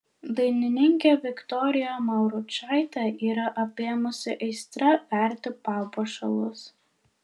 dainininkę viktoriją mauručaitę yra apėmusi aistra verti papuošalus